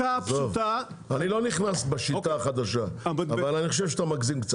אני לא נכנס בשיטה החדשה אבל אני חושב שאתה מגזים.